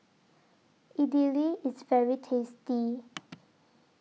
Idili IS very tasty